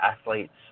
athletes